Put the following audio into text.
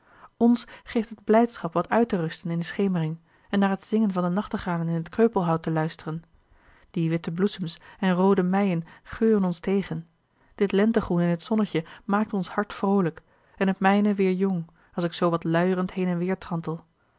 ons geeft het blijdschap wat uit te rusten in de schemering en naar t zingen van de nachtegalen in t kreupelhout te luisteren die witte bloesems en roode meien geuren ons tegen dit lentegroen in het zonnetje maakt ons hart vroolijk en het mijne weêr jong als ik zoo wat luierend heen en weêr trantel